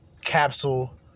Capsule